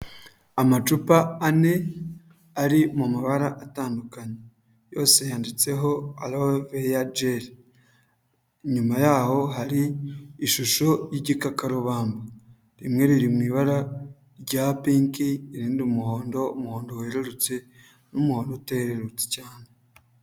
Amacupa ane ari mu mabara atandukanye. yose yanditseho Aloe Vera Gel. Inyuma yaho hari ishusho y'igikakarubamba. Rimwe riri mu ibara rya pink, irindi umuhondo, umuhondo werurutse n'umuhondo uterurutse cyane.